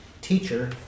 teacher